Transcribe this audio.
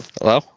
Hello